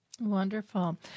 Wonderful